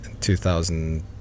2000